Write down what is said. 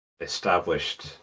established